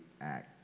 act